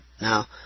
Now